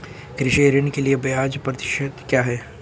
कृषि ऋण के लिए ब्याज प्रतिशत क्या है?